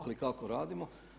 Ali kako radimo?